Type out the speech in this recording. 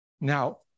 Now